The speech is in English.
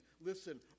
Listen